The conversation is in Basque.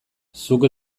zuk